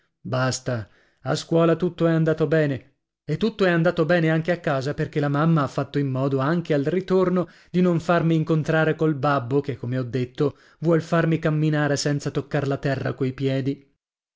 basta a scuola tutto è andato bene e tutto è andato bene anche a casa perché la mamma ha fatto in modo anche al ritorno di non farmi incontrare col babbo che come ho detto vuol farmi camminare senza toccar la terra coi piedi